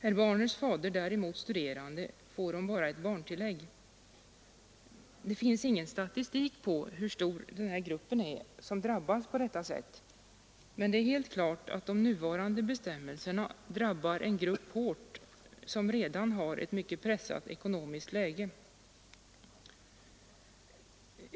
Är barnets fader däremot studerande får hon bara ett barntillägg. Det finns ingen statistik på hur stor denna grupp är som drabbas på detta sätt, men det är helt klart att de nuvarande bestämmelserna drabbar en grupp hårt, som redan befinner sig i en mycket pressad ekonomisk situation.